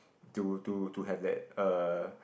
to to to have that uh